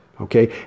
okay